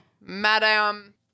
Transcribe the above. Madam